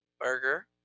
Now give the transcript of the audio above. burger